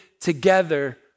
together